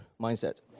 mindset